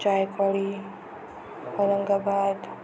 Jayakwadi Aurangabad